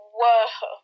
whoa